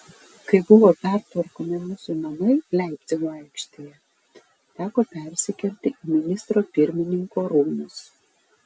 kai buvo pertvarkomi mūsų namai leipcigo aikštėje teko persikelti į ministro pirmininko rūmus